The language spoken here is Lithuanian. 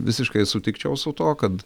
visiškai sutikčiau su tuo kad